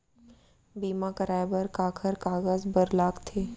बीमा कराय बर काखर कागज बर लगथे?